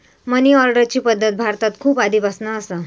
मनी ऑर्डरची पद्धत भारतात खूप आधीपासना असा